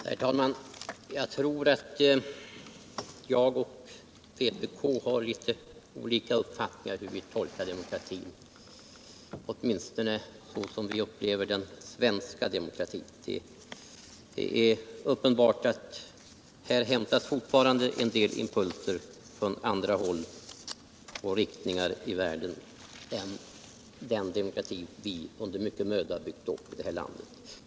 Herr talman! Jag tror att jag och vpk har litet olika uppfattningar om hur man skall tolka begreppet demokrati, åtminstone såsom jag upplever den svenska demokratin. Det är uppenbart att vpk fortfarande hämtar en del impulser från andra håll och riktningar i världen än den demokrati vi under mycken möda byggt upp i det här landet.